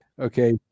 Okay